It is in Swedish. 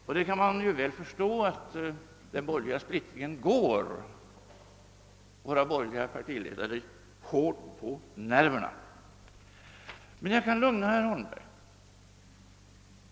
Och man kan mycket väl förstå att den borgerliga splittringen går våra borgerliga partiledare hårt på nerverna. Men jag kan lugna herr Holmberg.